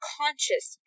conscious